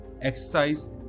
exercise